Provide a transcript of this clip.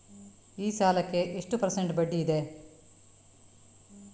ಈ ಸಾಲಕ್ಕೆ ಎಷ್ಟು ಪರ್ಸೆಂಟ್ ಬಡ್ಡಿ ಇದೆ?